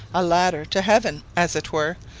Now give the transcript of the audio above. a ladder to heaven, as it were,